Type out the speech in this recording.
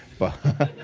but